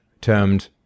termed